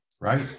Right